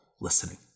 listening